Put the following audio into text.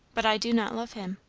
but i do not love him.